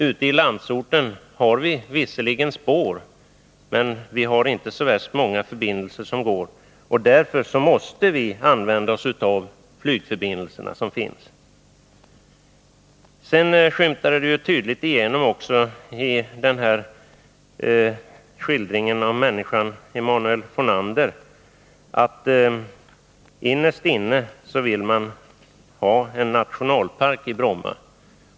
Ute i landsorten har vi visserligen spår, . men vi har inte så värst många förbindelser. Därför måste vi använda oss av de flygförbindelser som finns. Det skymtade tydligt igenom i skildringen av människan Emanuel Fornander att man innerst inne vill ha en nationalpark i Bromma.